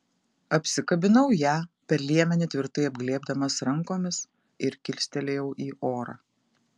apsikabinau ją per liemenį tvirtai apglėbdamas rankomis ir kilstelėjau į orą